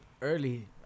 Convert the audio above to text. early